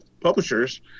publishers